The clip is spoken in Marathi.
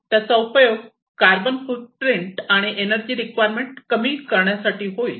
त्याचा उपयोग कार्बन कार्बन फूटप्रिंट आणि एनर्जी रिक्वायरमेंट कमी करण्यासाठी होईल